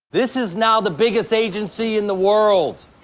this is now the biggest agency in the world.